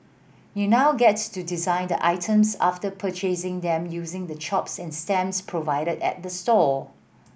you now get to design the items after purchasing them using the chops and stamps provided at the store